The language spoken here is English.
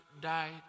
died